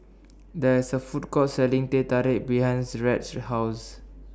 There IS A Food Court Selling Teh Tarik behind Rhett's House